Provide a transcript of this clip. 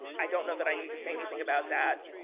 i don't know that i need to say anything about that.